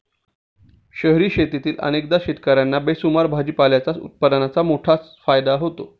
शहरी शेतीत अनेकदा शेतकर्यांना बेसुमार भाजीपाल्याच्या उत्पादनाचा मोठा फायदा होतो